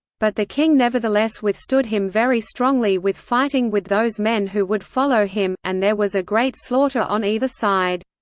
but the king nevertheless withstood him very strongly with fighting with those men who would follow him, and there was a great slaughter on either side.